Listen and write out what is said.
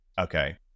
okay